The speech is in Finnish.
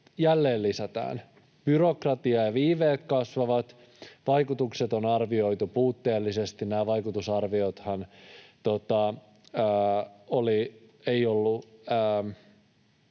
jälleen lisätään byrokratiaa ja viiveet kasvavat. Vaikutukset on arvioitu puutteellisesti. Näitä vaikutusarviointejahan ei ollut